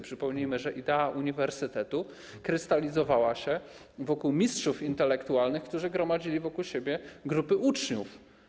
Przypomnijmy, że idea uniwersytetu krystalizowała się wokół mistrzów intelektualnych, którzy gromadzili wokół siebie grupy uczniów.